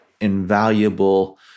invaluable